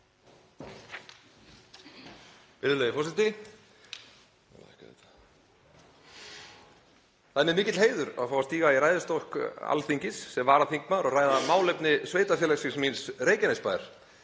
Það er mér mikill heiður að fá að stíga í ræðustól Alþingis sem varaþingmaður og ræða málefni sveitarfélagsins míns, Reykjanesbæjar.